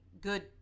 good